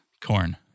Corn